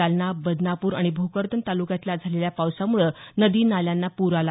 जालना बदनापूर आणि भोकरदन तालुक्यातल्या झालेल्या पावसामुळे नदी नाल्यांना पूर आला